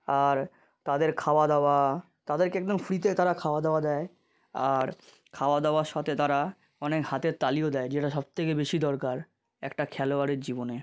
আর তাদের খাওয়া দাওয়া তাদেরকে একদম ফ্রিতে তারা খাওয়া দাওয়া দেয় আর খাওয়া দাওয়ার সাথে তারা অনেক হাতের তালিও দেয় যেটা সব থেকে বেশি দরকার একটা খেলোয়াড়ের জীবনে